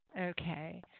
Okay